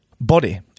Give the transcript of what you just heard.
body